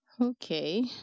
Okay